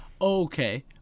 okay